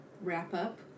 wrap-up